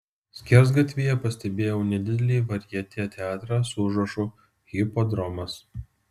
skersgatvyje pastebėjau nedidelį varjetė teatrą su užrašu hipodromas